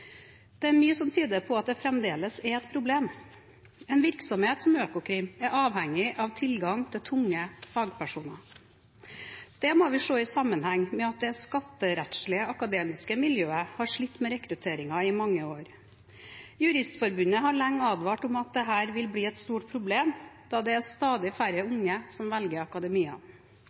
Det er mye som tyder på at det fremdeles er et problem. En virksomhet som Økokrim er avhengig av tilgang på tunge fagpersoner. Dette må vi se i sammenheng med at det skatterettslige akademiske miljøet har slitt med rekrutteringen i mange år. Juristforbundet har lenge advart om at dette vil bli et stort problem, da det er stadig færre unge som velger akademia.